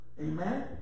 amen